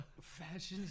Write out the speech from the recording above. Fashions